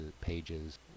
pages